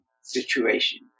situation